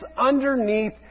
underneath